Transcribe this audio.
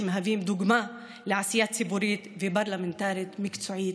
שמהווים דוגמה לעשייה ציבורית ופרלמנטרית מקצועית,